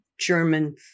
German